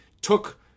took